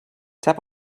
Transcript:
tap